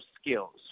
skills